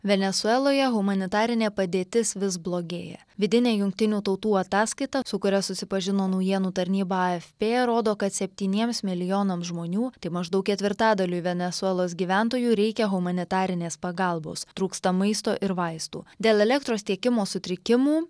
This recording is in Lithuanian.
venesueloje humanitarinė padėtis vis blogėja vidinė jungtinių tautų ataskaita su kuria susipažino naujienų tarnyba afp rodo kad septyniems milijonams žmonių tai maždaug ketvirtadaliui venesuelos gyventojų reikia humanitarinės pagalbos trūksta maisto ir vaistų dėl elektros tiekimo sutrikimų